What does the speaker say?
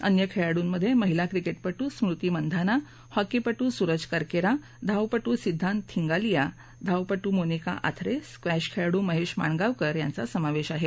अन्य खेळाडूंमध्ये महिला क्रिकेटपट्र स्मृती मंनधाना हॉकीपट्र सुरज करकेरा धावपट्र सिद्धांत थिंगालिया धावपट्र मोनिका आथरे स्क्वॅश खेळाडू महेश माणगावकर यांचा समावेश आहे